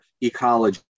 ecology